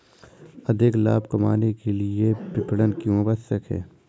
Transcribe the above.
अधिक लाभ कमाने के लिए विपणन क्यो आवश्यक है?